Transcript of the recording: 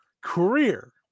career